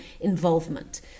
involvement